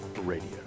Radio